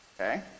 Okay